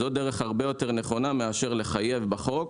זו דרך הרבה יותר נכונה מאשר לחייב בחוק.